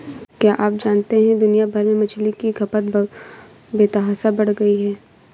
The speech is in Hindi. क्या आप जानते है दुनिया भर में मछली की खपत बेतहाशा बढ़ गयी है?